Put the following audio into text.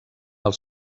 els